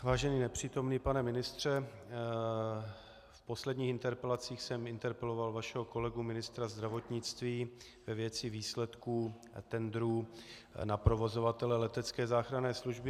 Vážený nepřítomný pane ministře, v posledních interpelacích jsem interpeloval vašeho kolegu ministra zdravotnictví ve věci výsledků tendrů na provozovatele letecké záchranné služby.